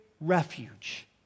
refuge